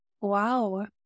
Wow